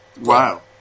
Wow